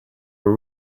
were